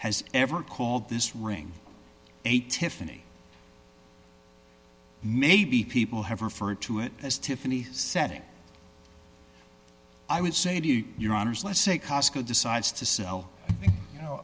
has ever called this ring a tiffany maybe people have referred to it as tiffany setting i would say to you your honors let's say costco decides to sell you know